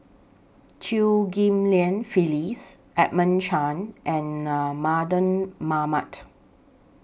Chew Ghim Lian Phyllis Edmund Chen and Mardan Mamat